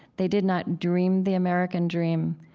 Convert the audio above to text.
they did not dream the american dream,